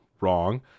wrong